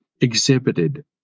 exhibited